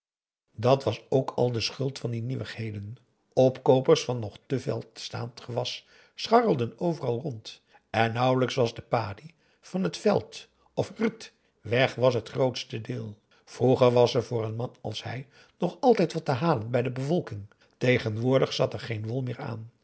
dàt was ook al de schuld van die nieuwigheden opkoopers van nog te veld staand gewas scharrelden overal rond en nauwelijks was de padi van het veld of rrrt weg was het grootste deel vroeger was er voor een man als hij nog altijd wat te halen bij de bevolking tegenwoordig zat er geen wol meer aan